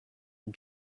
and